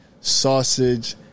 sausage